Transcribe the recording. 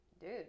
dude